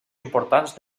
importants